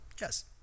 yes